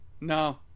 no